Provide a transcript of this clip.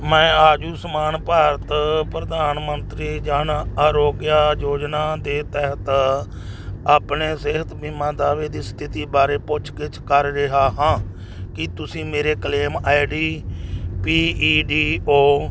ਮੈਂ ਆਯੂਸ਼ਮਾਨ ਭਾਰਤ ਪ੍ਰਧਾਨ ਮੰਤਰੀ ਜਨ ਅਰੋਗਯ ਯੋਜਨਾ ਦੇ ਤਹਿਤ ਆਪਣੇ ਸਿਹਤ ਬੀਮਾ ਦਾਅਵੇ ਦੀ ਸਥਿਤੀ ਬਾਰੇ ਪੁੱਛ ਗਿੱਛ ਕਰ ਰਿਹਾ ਹਾਂ ਕੀ ਤੁਸੀਂ ਮੇਰੇ claim I D P E D O